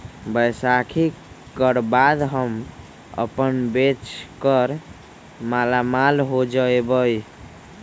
बैसाखी कर बाद हम अपन बेच कर मालामाल हो जयबई